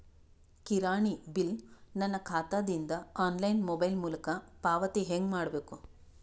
ಕಿರಾಣಿ ಬಿಲ್ ನನ್ನ ಖಾತಾ ದಿಂದ ಆನ್ಲೈನ್ ಮೊಬೈಲ್ ಮೊಲಕ ಪಾವತಿ ಹೆಂಗ್ ಮಾಡಬೇಕು?